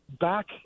back